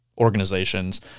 Organizations